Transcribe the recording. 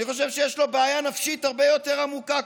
אני חושב שיש לו בעיה נפשית הרבה יותר עמוקה,